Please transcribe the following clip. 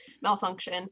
malfunction